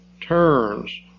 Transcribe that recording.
turns